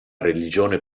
religione